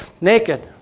naked